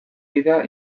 bidea